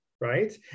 right